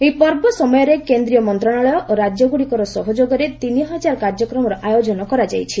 ଏହି ପର୍ବ ସମୟରେ କେନ୍ଦ୍ରୀୟ ମନ୍ତ୍ରଣାଳୟ ଓ ରାଜ୍ୟଗୁଡ଼ିକର ସହଯୋଗରେ ତିନି ହଜାର କାର୍ଯ୍ୟକ୍ରମ ଆୟୋଜନ କରାଯାଇଛି